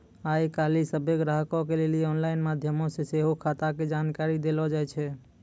आइ काल्हि सभ्भे ग्राहको के लेली आनलाइन माध्यमो से सेहो खाता के जानकारी देलो जाय छै